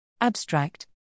Abstract